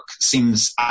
seems